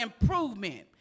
improvement